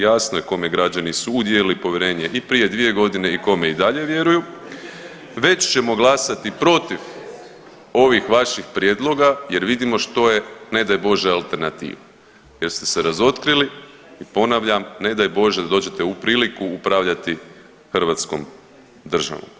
Jasno je kome građani su udijelili povjerenje i prije 2 godine i kome i dalje vjeruju već ćemo glasati protiv ovih vaših prijedloga jer vidimo što je ne daj Bože alternativa jer ste se razotkrili i ponavljam ne daj Bože da dođete u priliku upravljati Hrvatskom državom.